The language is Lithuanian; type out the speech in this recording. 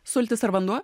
sultis ar vanduo